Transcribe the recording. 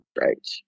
Right